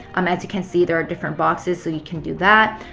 um as you can see, there are different boxes so you can do that.